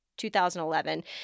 2011